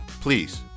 Please